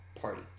party